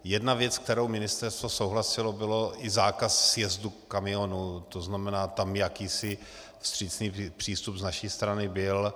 Jedna věc, s kterou ministerstvo souhlasilo, byl i zákaz sjezdu kamionů, tzn. tam jakýsi vstřícný přístup z naší strany byl.